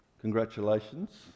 congratulations